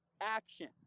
action